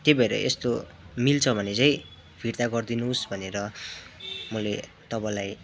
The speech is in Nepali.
त्यही भएर यस्तो मिल्छ भने चाहिँ फिर्ता गरिदिनुहोस् भनेर मैले तपाईँलाई